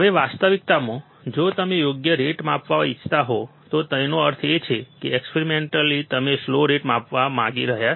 હવે વાસ્તવિકતામાં જો તમે યોગ્ય રેટ માપવા ઇચ્છતા હોવ તો તેનો અર્થ એ છે કે એક્સપેરિમેન્ટલી આપણે સ્લો રેટ માપવા માંગીએ છીએ